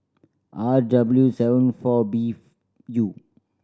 R W seven four B U